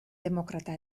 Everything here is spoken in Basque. demokrata